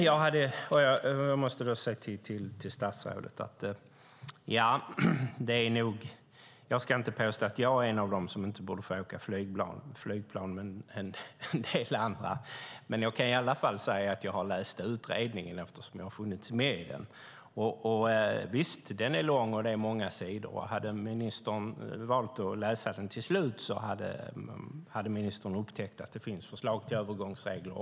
Jag måste säga till statsrådet: Jag ska inte påstå att jag är en av dem som inte borde få åka flygplan, men det gäller kanske en del andra. Jag kan i alla fall säga att jag har läst utredningen, eftersom jag har funnits med i den. Visst är den lång, och det är många sidor. Och hade ministern valt att läsa den till slut hade ministern upptäckt att det också finns förslag på övergångsregler.